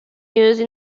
use